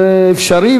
זה אפשרי,